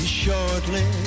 shortly